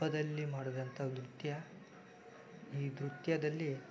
ಹಬ್ಬದಲ್ಲಿ ಮಾಡಿದಂಥ ನೃತ್ಯ ಈ ನೃತ್ಯದಲ್ಲಿ